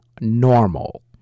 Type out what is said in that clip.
normal